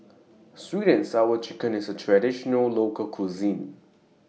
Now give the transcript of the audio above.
Sweet and Sour Chicken IS A Traditional Local Cuisine